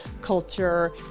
culture